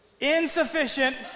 Insufficient